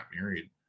married